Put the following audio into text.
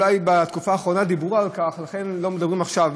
אולי בתקופה האחרונה דיברו על כך ולכן לא מדברים עכשיו,